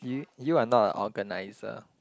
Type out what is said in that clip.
you you are not a organizer